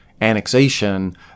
annexation